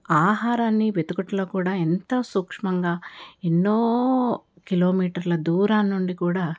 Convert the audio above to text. ఆహారాన్ని వెతుకుటలో కూడా ఎంత సూక్ష్మంగా ఎన్నో కిలోమీటర్ల దూరాన్నుండి కూడా